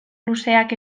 luzeak